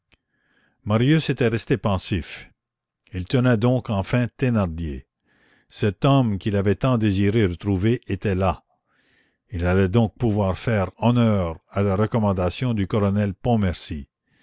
marius était resté pensif il tenait donc enfin thénardier cet homme qu'il avait tant désiré retrouver était là il allait donc pouvoir faire honneur à la recommandation du colonel